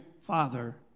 father